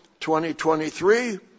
2023